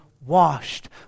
washed